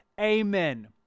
amen